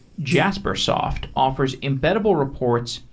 jaspersoft offers embeddable reports,